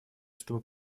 чтобы